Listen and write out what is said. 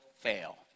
fail